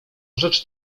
rzecz